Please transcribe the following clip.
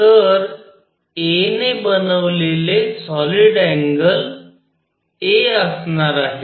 तर a ने बनविलेले सॉलिड अँगल a असणार आहे